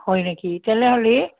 হয় নেকি তেনেহ'লে